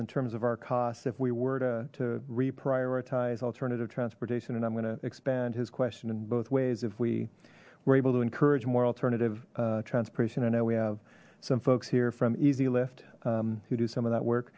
in terms of our costs if we were to reprioritize alternative transportation and i'm going to expand his question in both ways if we were able to encourage more alternative transportation i know we have some folks here from easy lifts who do some of that work